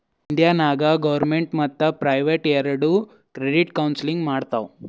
India ನಾಗ್ government ಮತ್ತ private ಎರೆಡು ಕ್ರೆಡಿಟ್ ಕೌನ್ಸಲಿಂಗ್ ಮಾಡ್ತಾವ್